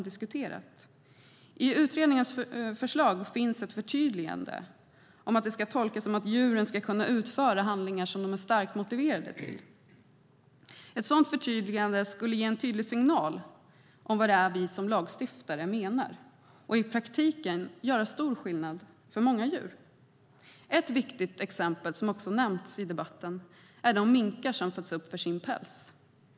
I utredningens förslag finns ett förtydligande om att det ska tolkas så att djuren ska kunna utföra handlingar som de är starkt motiverade till. Ett sådant förtydligande skulle ge en tydlig signal om vad det är vi som lagstiftare menar och i praktiken göra stor skillnad för många djur. Ett viktigt exempel, som också nämnts i debatten, är de minkar som föds upp för sin päls.